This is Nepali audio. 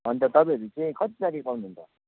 अन्त तपाईँहरू चाहिँ कति तारिख आउनुहुन्छ